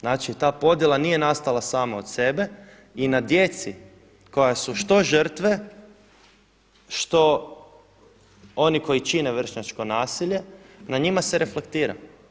Znači, ta podjela nije nastala sama od sebe i na djeci koja su što žrtve, što oni koji čine vršnjačko nasilje na njima se reflektira.